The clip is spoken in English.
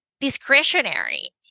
discretionary